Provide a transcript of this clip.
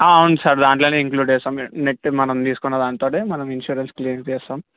అవును సార్ దాంట్లో ఇంక్లూడ్ చేస్తాం నెట్ మనం తీసుకున్న దాంతో మనం ఇన్సూరెన్స్ క్లెయిమ్ చేస్తాం